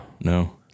No